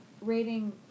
rating